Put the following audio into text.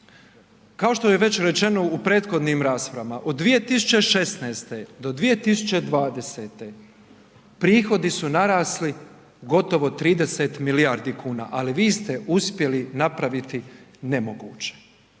kao što je već rečeno u prethodnim raspravama od 2016. do 2020. prihodi su narasli gotovo 30 milijardi kuna, ali vi ste uspjeli napraviti nemoguće.